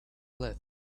left